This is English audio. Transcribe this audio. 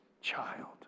child